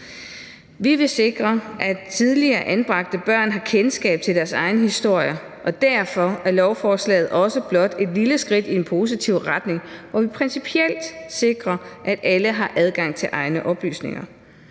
Vi vil sikre, at tidligere anbragte børn har kendskab til deres egen historie, og derfor er lovforslaget også blot et lille skridt i en positiv retning, hvor vi principielt sikrer, at alle har adgang til egne oplysninger.